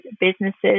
businesses